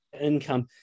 income